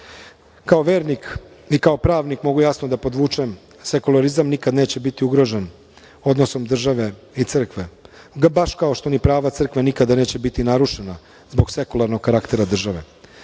vernik i kao pravnik mogu jasno da podvučem, sekolorizam nikada neće biti ugrožen, odnos države i crkve. Baš kao što ni prava crkve nikada neće biti narušena zbog sekularnog karaktera države.